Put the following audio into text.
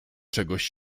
czegoś